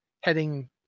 heading